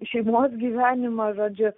šeimos gyvenimą žodžiu